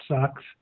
sucks